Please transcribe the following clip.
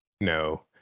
No